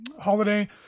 holiday